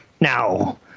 Now